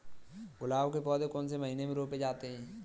गुलाब के पौधे कौन से महीने में रोपे जाते हैं?